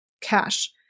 cash